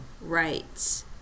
Right